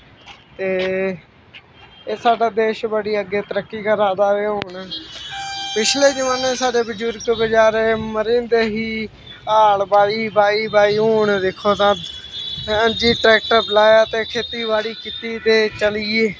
ते एह् साढ़ा देश बड़ी अग्गें तरक्की करा दा ऐ हून पिछले जमाने साढ़े बजुर्ग बचारे मरी जंदे ही हल बाही बाही बाही हून दिक्खो ता ट्रैक्टर लाया ते खेत्ती बाड़ी कीती ते चलिये